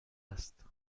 است